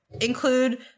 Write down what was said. include